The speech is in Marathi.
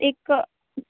एक